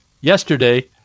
yesterday